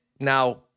Now